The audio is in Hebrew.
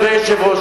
אדוני היושב-ראש,